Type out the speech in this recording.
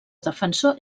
defensor